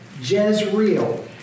Jezreel